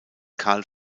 karl